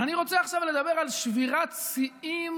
אבל אני רוצה עכשיו לדבר על שבירת שיאים